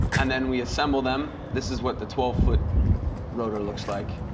and then we assemble them. this is what the twelve foot rotor looks like,